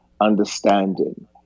understanding